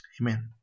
Amen